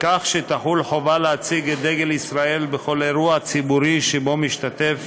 כך שתחול חובה להציג את דגל ישראל בכל אירוע ציבורי שבו משתתף